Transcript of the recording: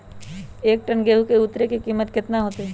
एक टन गेंहू के उतरे के कीमत कितना होतई?